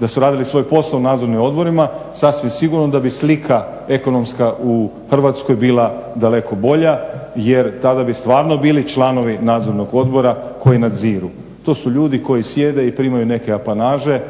da su radili svoj posao u Nadzornim odborima, sasvim sigurno da bi slika ekonomska u Hrvatskoj bila daleko bolja jer tada bi stvarno bili članovi Nadzornog odbora koji nadziru. To su ljudi koji sjede i primaju neke apanaže